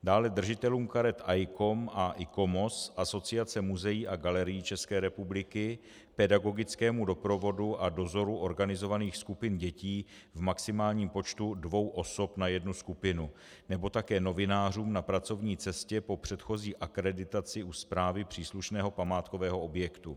Dále držitelům karet ICOM a ICOMOS, Asociace muzeí a galerií České republiky, pedagogickému doprovodu a dozoru organizovaných skupin dětí v maximálním počtu dvou osob na jednu skupinu nebo také novinářům na pracovní cestě po předchozí akreditaci u správy příslušného památkového objektu.